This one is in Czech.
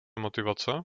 motivace